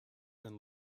and